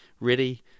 ready